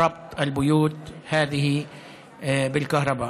חיבור הבתים האלה לחשמל.